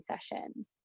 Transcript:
session